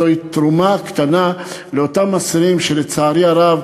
זוהי תרומה קטנה לאותם אסירים, שלצערי הרב,